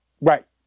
Right